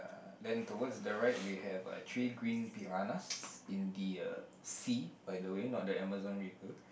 then towards the right we have three green piranhas in the uh sea by the way not the Amazon river